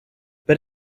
but